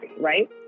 right